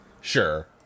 Sure